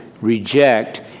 reject